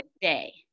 day